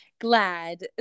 glad